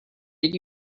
did